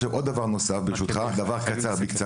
עכשיו, עוד דבר נוסף, ברשותך, בקצרה.